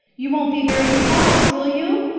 you won't be very cross, will you?